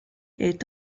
est